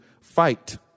fight